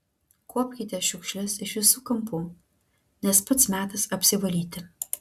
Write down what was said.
kuopkite šiukšles iš visų kampų nes pats metas apsivalyti